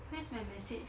where's my message